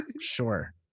sure